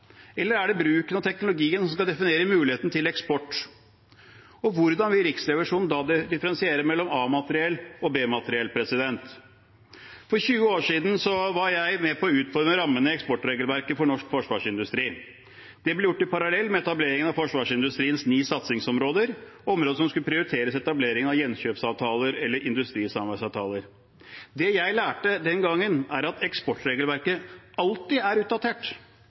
Eller er det bruken av teknologien som skal definere mulighetene til eksport? Og hvordan vil Riksrevisjonen da differensiere mellom A-materiell og B-materiell? For 20 år siden var jeg med på å utforme rammene for eksportregelverket for norsk forsvarsindustri. Det ble gjort parallelt med etableringen av forsvarsindustriens ni satsingsområder, områder som skulle prioritere etablering av gjenkjøpsavtaler eller industrisamarbeidsavtaler. Det jeg lærte den gangen, er at eksportregelverket alltid er utdatert